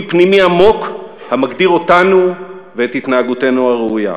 פנימי עמוק המגדיר אותנו ואת התנהגותנו הראויה.